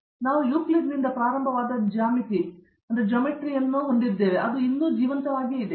ಆದ್ದರಿಂದ ನಾವು ಯೂಕ್ಲಿಡ್ನಿಂದ ಪ್ರಾರಂಭವಾದ ಜ್ಯಾಮಿತಿಯನ್ನು ನಾವು ಹೊಂದಿದಂತೆಯೇ ಅದು ಇನ್ನೂ ಜೀವಂತವಾಗಿದೆ